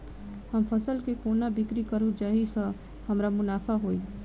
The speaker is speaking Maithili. हम फसल केँ कोना बिक्री करू जाहि सँ हमरा मुनाफा होइ?